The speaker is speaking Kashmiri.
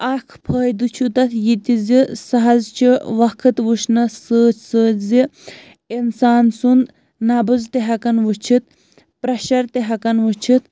اَکھ فٲہدٕ چھُ تَتھ یہِ تہِ زِ سُہ حظ چھِ وقت وٕچھنَس سۭتۍ سۭتۍ زِ اِنسان سُنٛد نَبٕض تہِ ہٮ۪کان وٕچھِتھ پرٛٮ۪شَر تہِ ہٮ۪کان وٕچھِتھ